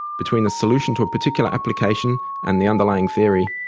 between a solution to a particular application and the underlying theory,